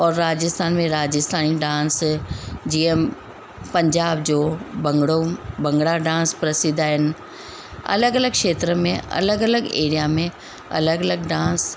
और राजस्थान में राजस्थानी डांस जीअं पंजाब जो भंगड़ो भंगड़ा डांस प्रसिद्ध आहिनि अलॻि अलॻि खेत्र में अलॻि अलॻि एरिया में अलॻि अलॻि डांस